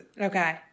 Okay